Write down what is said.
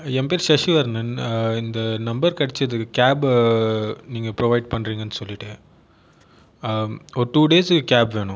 என் பேரு சசிவர்ணன் இந்த நம்பர் கிடைத்தது கேப் நீங்கள் ப்ரொவைட் பண்ணுறீங்கனு சொல்லிட்டு ஒரு டூ டேஸ் கேப் வேணும்